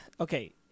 Okay